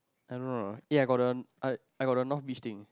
I don't know yeah I got the I I got the north visiting